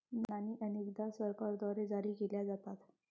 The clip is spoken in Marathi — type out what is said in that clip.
नाणी अनेकदा सरकारद्वारे जारी केल्या जातात